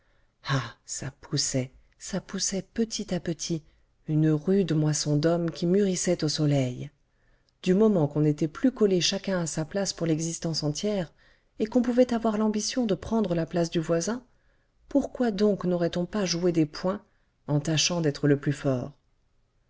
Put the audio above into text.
ah ça poussait ça poussait petit à petit une rude moisson d'hommes qui mûrissait au soleil du moment qu'on n'était plus collé chacun à sa place pour l'existence entière et qu'on pouvait avoir l'ambition de prendre la place du voisin pourquoi donc n'aurait-on pas joué des poings en tâchant d'être le plus fort